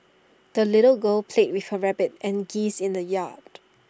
the little girl played with her rabbit and geese in the yard